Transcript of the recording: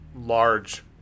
large